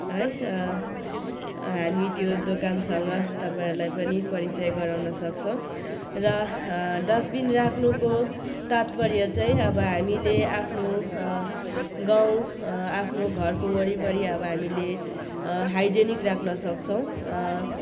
है हामी त्यो दोकानसँग तपाईहरूलाई पनि परिचय गराउन सक्छौँ र डस्टबिन राख्नुको तात्पर्य चाहिँ अब हामीले आफ्नो गाउँ आफ्नो घरको वरिपरि अब हामीले हाइजेनिक राख्नु सक्छौँ